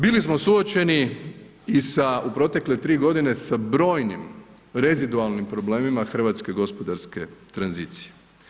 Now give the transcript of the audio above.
Bili smo suočeni i sa u protekle 3 g. sa brojnim rezidualnim problemima hrvatske gospodarske tranzicije.